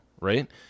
right